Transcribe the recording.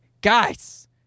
guys